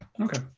Okay